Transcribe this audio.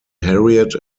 harriet